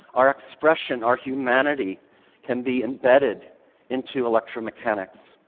our expression, our humanity can be embedded into electromechanics.